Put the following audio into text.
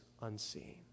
unseen